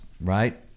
right